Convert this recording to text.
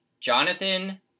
Jonathan